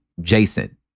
Jason